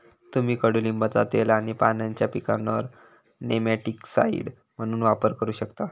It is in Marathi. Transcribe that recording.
तुम्ही कडुलिंबाचा तेल आणि पानांचा पिकांवर नेमॅटिकसाइड म्हणून वापर करू शकतास